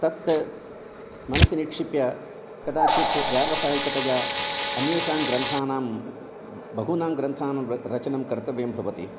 तत् मनसि निक्षिप्य कदाचित् व्यावसायिकतया अन्येषां ग्रन्थानां बहूनां ग्रन्थानां र रचना कर्तव्या भवति